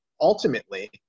ultimately